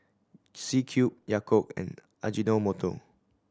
C Cube Yakult and Ajinomoto